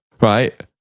right